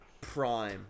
prime